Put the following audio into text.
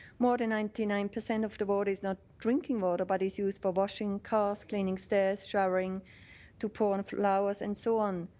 more than ninety nine percent of the water is not drinking water but is used for washing cars, cleaning stairs, showering to pour on flowers and so on.